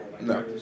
No